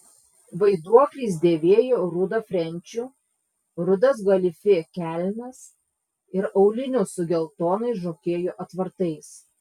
vaiduoklis dėvėjo rudą frenčių rudas galifė kelnes ir aulinius su geltonais žokėjų atvartais